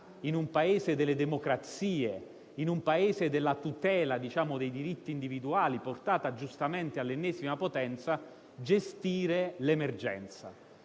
in un Paese della democrazia e della tutela dei diritti individuali portata giustamente all'ennesima potenza, gestire l'emergenza.